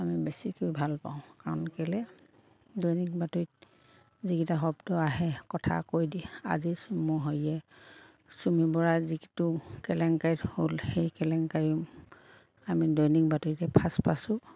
আমি বেছিকৈ ভাল পাওঁ কাৰণ কেলে দৈনিক বাতৰিত যিকিটা শব্দ আহে কথা কৈ দিয়ে আজি চম হেৰিয়ে চুমি বৰাৰ যিটো কেলেংকাৰীয়ে হ'ল সেই কেলেংকাৰী আমি দৈনিক বাতৰিতে ফাৰ্ষ্ট পাইছোঁ